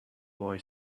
boy